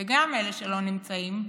וגם אלה שלא נמצאים,